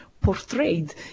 portrayed